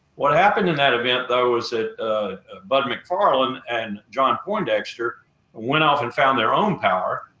what happened in that event, though, is that bud mcfarlane and john poindexter went out and found their own power,